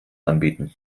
anbieten